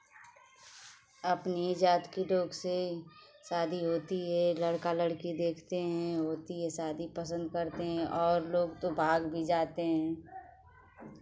अपनी ही जाति के लोग से शादी होती है लड़का लड़की देखते हैं होती है शादी पसंद करते हैं और लोग तो भाग भी जाते हैं